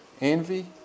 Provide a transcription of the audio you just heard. envy